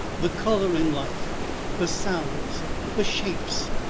the color in life the sounds the shapes!